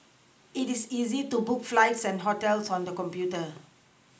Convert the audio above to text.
it is easy to book flights and hotels on the computer